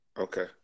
Okay